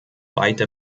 weite